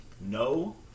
No